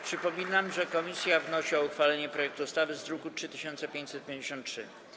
Przypominam, że komisja wnosi o uchwalenie projektu ustawy z druku nr 3553.